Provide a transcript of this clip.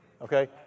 Okay